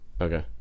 okay